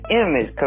image